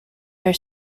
her